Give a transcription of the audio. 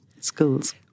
schools